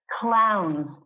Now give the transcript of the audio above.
clowns